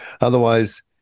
otherwise